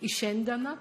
į šiandieną